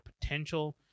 potential